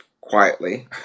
quietly